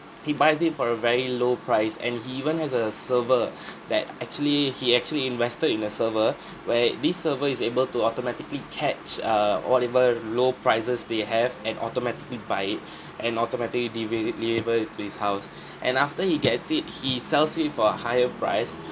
he buys it for a very low price and he even as a server that actually he actually invested in a server where the server is able to automatically catch err whatever low prices they have and automatically buy it and automatically deve~ deliver it to his house and after he gets it he sells it for a higher price